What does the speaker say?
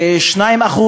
2%,